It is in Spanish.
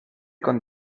con